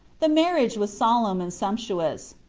the marriage was solemn and sumptuous.